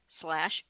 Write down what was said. slash